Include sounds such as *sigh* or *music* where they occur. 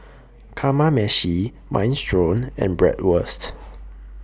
Kamameshi Minestrone and Bratwurst *noise*